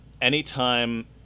Anytime